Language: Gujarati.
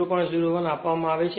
01 Ω આપવામાં આવે છે